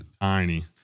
Tiny